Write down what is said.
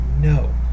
no